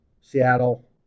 Seattle